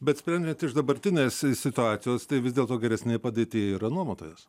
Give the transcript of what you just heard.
bet sprendžiant iš dabartinės situacijos tai vis dėl to geresnėj padėty yra nuomotojas